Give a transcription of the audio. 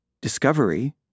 discovery